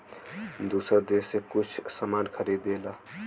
दूसर देस से कुछ सामान खरीदेला